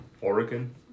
Oregon